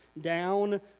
down